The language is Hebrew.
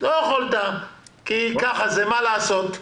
לא יכולת כי ככה זה, מה לעשות.